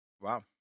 Wow